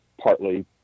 partly